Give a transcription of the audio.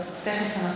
טוב, תכף נברר.